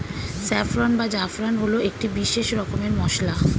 saffron বা জাফরান হল একটি বিশেষ রকমের মশলা